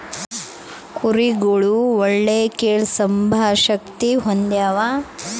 ಕುರಿಗುಳು ಒಳ್ಳೆ ಕೇಳ್ಸೆಂಬ ಶಕ್ತಿ ಹೊಂದ್ಯಾವ